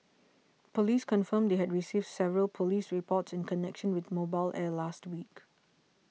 police confirmed they had received several police reports in connection with Mobile Air last week